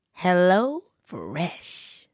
HelloFresh